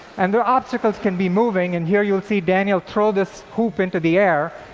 and the obstacles can be moving. and here, you'll see daniel throw this hoop into the air,